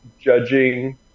judging